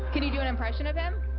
can you do an impression of him?